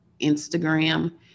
Instagram